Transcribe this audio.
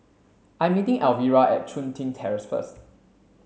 I'm meeting Alvira at Chun Tin Terrace first